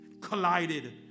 collided